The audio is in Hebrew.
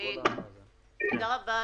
תודה רבה,